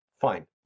fine